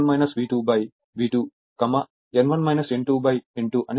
కాబట్టి ఈ సందర్భంలో నేను K V1 V2 V2 N1 N2 N2 వ్రాస్తున్నాను వాస్తవానికి N2 కంటే N1 ఎక్కువ